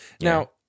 Now